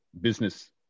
business